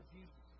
Jesus